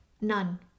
None